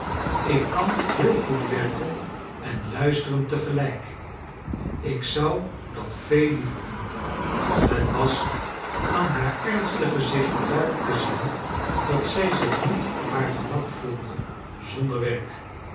ik kan heel goed werken en luisteren tegelijk ik zou dat veel liever doen hot was aan haar ernstig gezichtje duidelijk te zien dat zij zich niet op haar gemak voelde zonder werk